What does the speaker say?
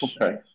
Okay